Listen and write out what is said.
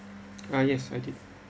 uh yes I did